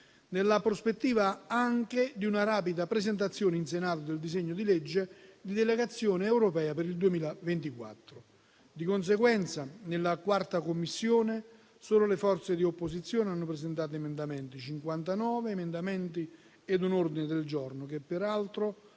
nella prospettiva anche di una rapida presentazione in Senato del disegno di legge di delegazione europea per il 2024. Di conseguenza, nella 4a Commissione solo le forze di opposizione hanno presentato 59 emendamenti e un ordine del giorno, che peraltro